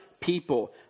people